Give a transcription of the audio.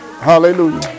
Hallelujah